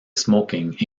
smoking